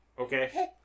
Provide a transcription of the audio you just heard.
Okay